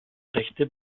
rechte